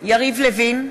אבקסיס, מצביעה יריב לוין,